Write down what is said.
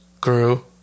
grew